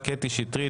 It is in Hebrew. קטי שטרית,